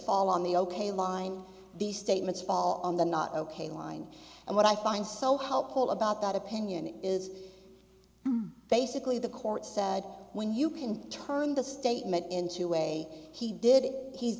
fall on the ok line these statements fall on the not ok line and what i find so helpful about that opinion is basically the court said when you can turn the statement into a way he did it he's